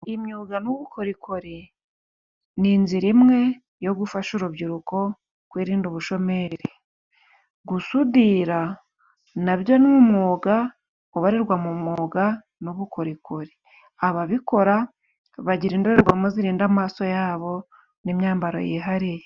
Imyuga n'ubukorikori ni inzira imwe yo gufasha urubyiruko kwirinda ubushomeri. Gusudira na byo ni umwuga ubarirwa mu mwuga n'ubukorikori, ababikora bagira indorerwamo zirinda amaso yabo n'imyambaro yihariye.